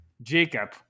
Jacob